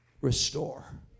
restore